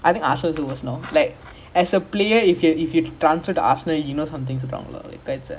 I think Arsenal is the worst lah